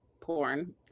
porn